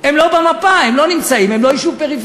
הם לא במפה, הם לא נמצאים, הם לא יישוב פריפריאלי.